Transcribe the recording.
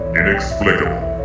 inexplicable